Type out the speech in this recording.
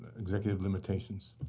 executive limitations.